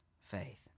faith